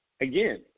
Again